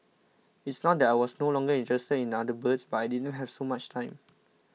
it's not that I was no longer interested in other birds but I didn't have so much time